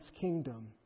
kingdom